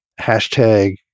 hashtag